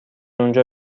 اونجا